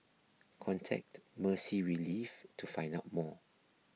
contact Mercy Relief to find out more